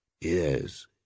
Yes